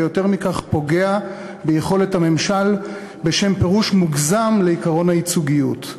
ויותר מכך פוגע ביכולת הממשל בשם פירוש מוגזם לעקרון הייצוגיות.